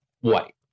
White